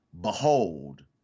Behold